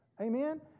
amen